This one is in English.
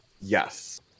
yes